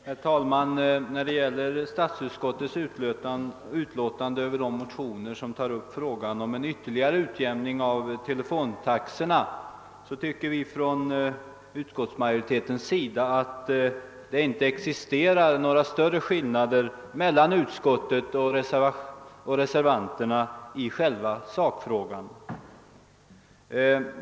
Herr talman! Vi som tillhör utskottsmajoriteten tycker att det inte existerar någon större meningsskillnad mellan utskottet och reservanterna i själva sakfrågan om en ytterligare utjämning av telefontaxorna.